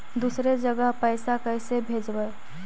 दुसरे जगह पैसा कैसे भेजबै?